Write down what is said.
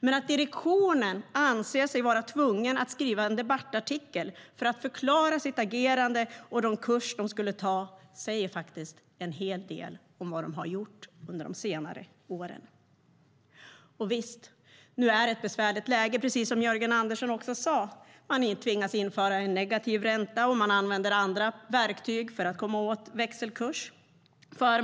Men att direktionen anser sig vara tvungen att skriva en debattartikel för att förklara sitt agerande och den kurs de ska ta säger en hel del om vad de har gjort under de senare åren. Och visst är det ett besvärligt läge nu, precis som Jörgen Andersson sa. Man tvingas införa negativ ränta och använder andra verktyg för att komma åt växelkursen.